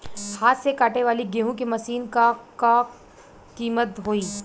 हाथ से कांटेवाली गेहूँ के मशीन क का कीमत होई?